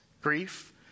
grief